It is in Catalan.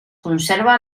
conserva